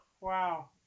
Wow